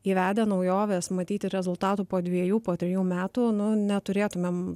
įvedę naujoves matyti rezultatų po dviejų po trijų metų nu neturėtumėm